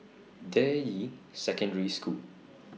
Deyi Secondary School